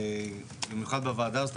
במיוחד בוועדה הזאת,